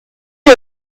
you